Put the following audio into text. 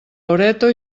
loreto